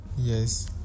Yes